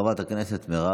חברת הכנסת מרב